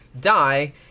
die